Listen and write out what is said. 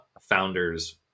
founders